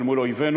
אל מול אויבינו.